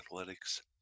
Athletics